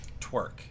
twerk